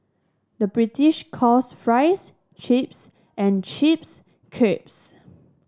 the British calls fries chips and chips crisps